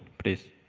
please.